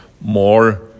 more